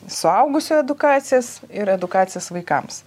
suaugusių edukacijas ir edukacijas vaikams